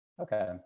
okay